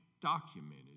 documented